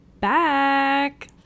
back